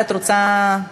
מיכל את רוצה, ?